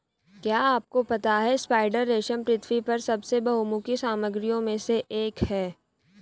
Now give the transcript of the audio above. क्या आपको पता है स्पाइडर रेशम पृथ्वी पर सबसे बहुमुखी सामग्रियों में से एक है?